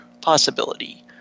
possibility